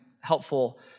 helpful